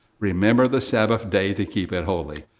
remember the sabbath day to keep it holy,